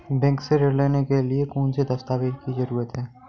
Bank से ऋण लेने के लिए कौन से दस्तावेज की जरूरत है?